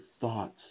thoughts